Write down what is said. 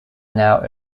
now